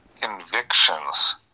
convictions